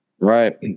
right